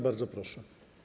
Bardzo proszę.